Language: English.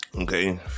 okay